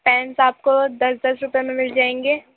پینس آپ کو دس دس روپے میں مل جائیں گے